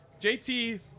JT